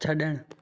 छड॒णु